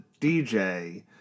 DJ